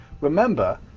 remember